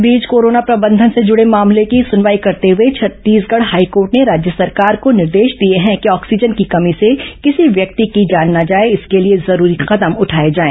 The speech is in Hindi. इस बीच कोरोना प्रबंधन से जुड़े मामले की सुनवाई करते हुए छत्तीसगढ़ हाईकोर्ट ने राज्य सरकार को निर्देश दिए हैं कि ऑक्सीजन की कमी से किसी व्यक्ति की जान न जाए इसके लिए जरूरी कदम उठाए जाए